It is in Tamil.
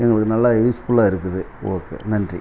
எங்களுக்கு நல்லா யூஸ்ஃபுல்லாக இருக்குது ஓகே நன்றி